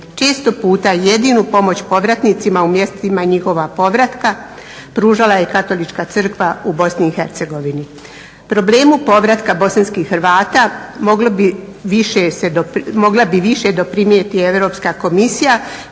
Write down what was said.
Često puta jedinu pomoć povratnicima u mjestima njihova povratka pružala je katolička crkva u BiH. Problemu povratka bosanskih Hrvata mogla bi više doprinijeti Europska komisija